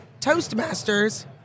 Toastmasters